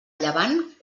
llevant